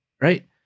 right